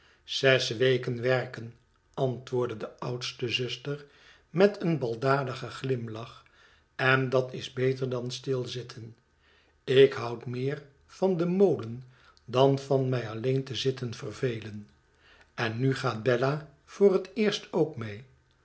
zes weken werken antwoordde de oudste zuster met een baldadigen glimlach en dat is beter dan stilzitten ik houd meer van den molen dan van mij alleen te zitten vervelen en nu gaat bella voor het eerst ook mee